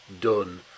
done